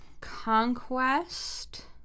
Conquest